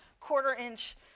quarter-inch